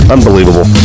Unbelievable